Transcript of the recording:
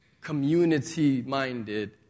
community-minded